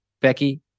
Becky